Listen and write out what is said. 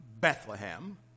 Bethlehem